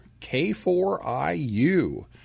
K4IU